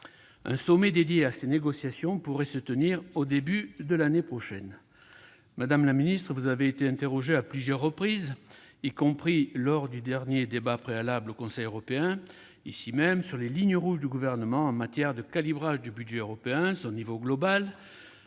Un sommet dédié à ces négociations pourrait se tenir au début de l'année prochaine. Madame la secrétaire d'État, vous avez été interrogée à plusieurs reprises, y compris lors du dernier débat préalable au Conseil européen, sur les « lignes rouges » du Gouvernement en matière de calibrage du budget européen, qu'il s'agisse